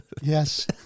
Yes